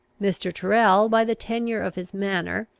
mr. tyrrel, by the tenure of his manor,